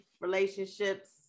relationships